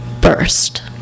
burst